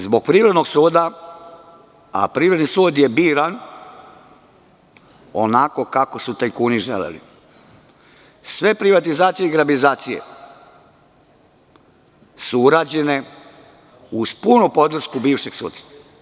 Zbog Privrednog suda, a Privredni sud je biran onako kako su tajkuni želeli, sve privatizacije i grabizacije su urađene uz punu podršku bivšeg sudstva.